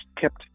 kept